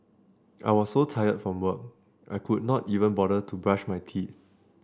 I was so tire from work I could not even bother to brush my teeth